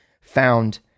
found